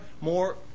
more